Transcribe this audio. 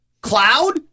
cloud